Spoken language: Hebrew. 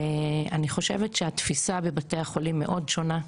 ואני חושבת שהתפיסה בבתי החולים מאוד שונה,